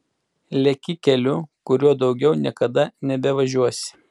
leki keliu kuriuo daugiau niekada nebevažiuosi